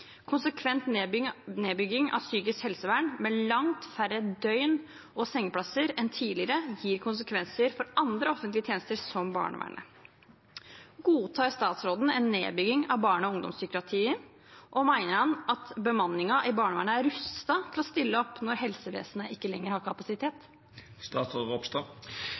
Konsekvent nedbygging av psykisk helsevern med langt færre døgn- og sengeplasser enn tidligere gir konsekvenser for andre offentlige tjenester, som barnevernet. Godtar statsråden en nedbygging av barne- og ungdomspsykiatrien? Og mener han at bemanningen i barnevernet er rustet til å stille opp når helsevesenet ikke lenger har kapasitet? Jeg samarbeider tett med statsråd